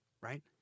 right